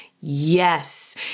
Yes